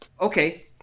okay